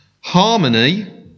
Harmony